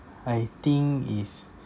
I think is